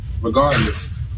regardless